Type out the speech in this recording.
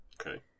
Okay